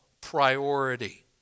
priority